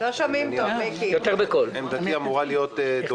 טוב אבל סוגיית החקלאים חייבת להיפתר.